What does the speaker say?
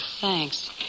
Thanks